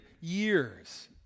years